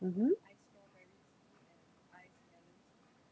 mmhmm